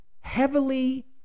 heavily